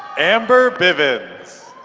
amber bivins